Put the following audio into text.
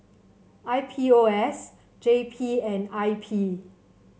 I P O S J P and I P